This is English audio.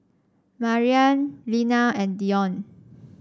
Mariann Linna and Dion